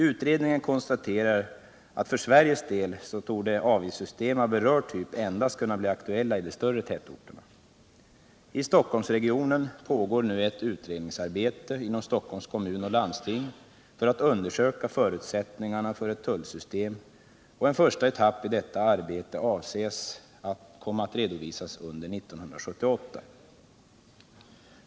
Utredningen konstaterar att för Sveriges del torde avgiftssystem av berörd typ endast kunna bli aktuella i de större tätorterna. Vad beträffar Stockholmsregionen pågår nu ett utredningsarbete inom Stockholms kommun och landsting för att undersöka förutsättningarna för ett tullsystem, och en första etapp i detta arbete avses komma att redovisas under 1978.